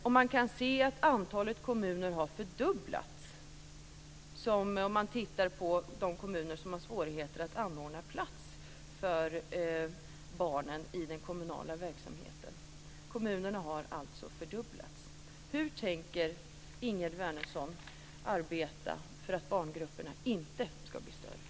Och man kan se att antalet kommuner som har svårigheter att anordna platser för barnen i den kommunala verksamheten har fördubblats. Hur tänker Ingegerd Wärnersson arbeta för att barngrupperna inte ska bli större?